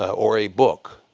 or a book,